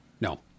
No